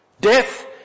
death